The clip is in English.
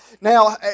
Now